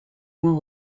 moins